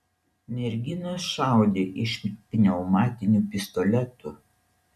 merginos šaudė iš pneumatinių pistoletų